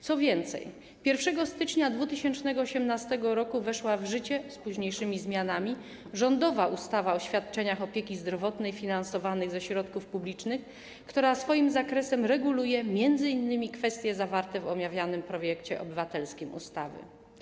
Co więcej, 1 stycznia 2018 r. weszła w życie - z późniejszymi zmianami - rządowa ustawa o świadczeniach opieki zdrowotnej finansowanych ze środków publicznych, która swoim zakresem reguluje m.in. kwestie zawarte w omawianym projekcie obywatelskim ustawy.